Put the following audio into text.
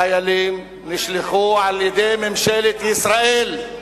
החיילים נשלחו על-ידי ממשלת ישראל,